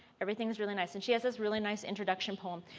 everything is really nice and she has this really nice introduction poem.